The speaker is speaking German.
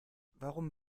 warum